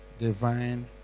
Divine